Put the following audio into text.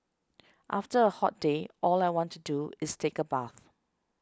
after a hot day all I want to do is take a bath